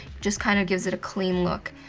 just kind of gives it a clean look.